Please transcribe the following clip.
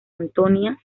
antonia